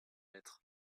lettres